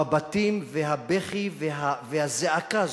המבטים והבכי והזעקה הזאת,